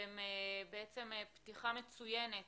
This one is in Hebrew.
והם בעצם פתיחה מצוינת